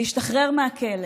להשתחרר מהכלא.